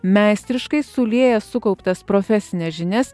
meistriškai sulieja sukauptas profesines žinias